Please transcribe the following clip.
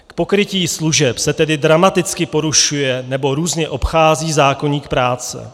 K pokrytí služeb se tedy dramaticky porušuje nebo různě obchází zákoník práce.